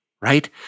right